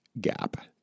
gap